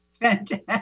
Fantastic